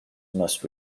must